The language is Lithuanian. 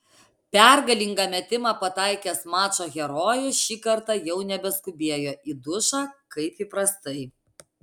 pergalingą metimą pataikęs mačo herojus šį kartą jau nebeskubėjo į dušą kaip įprastai